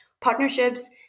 partnerships